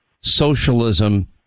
socialism